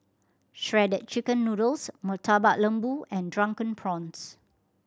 Shredded Chicken Noodles Murtabak Lembu and Drunken Prawns